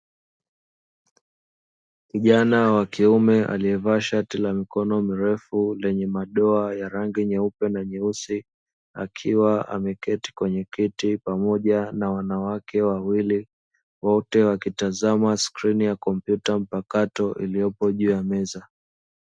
Kijana wa kiume aliyevaa shati la mikono mirefu lenye rangi ya madoa ya nyeupe na nyeusi, akiwa ameketi Kwenye kiti pamoja na wanawake wawili wote. Wakitazama skrini ya kompyuta mpakato iliyopo juu ya meza.